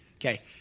okay